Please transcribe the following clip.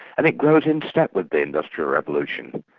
and it grows in step with the industrial revolution,